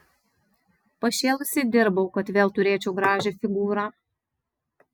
pašėlusiai dirbau kad vėl turėčiau gražią figūrą